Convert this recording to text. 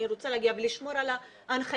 אני רוצה להגיע ולשמור על ההנחיות.